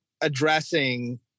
addressing